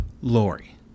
Lori